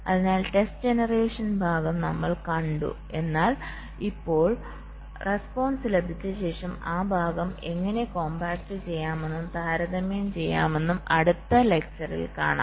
അതിനാൽ test generation ഭാഗം നമ്മൾ കണ്ടു എന്നാൽ ഇപ്പോൾ റെസ്പോൺസ് ലഭിച്ച ശേഷം ആ ഭാഗം എങ്ങനെ കോംപാക്ട് ചെയ്യാമെന്നും താരതമ്യം ചെയ്യാമെന്നും അടുത്ത ലെക്ചറിൽ കാണാം